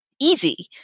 easy